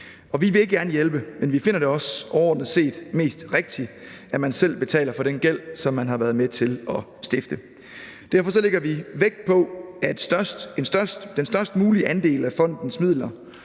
vi vil gerne hjælpe. Men vi finder det også overordnet set mest rigtigt, at man selv betaler for den gæld, som man har været med til at stifte. Derfor lægger vi vægt på, at den størst mulige andel af fondens midler